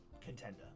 contender